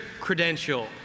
credential